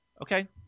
Okay